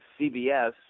CBS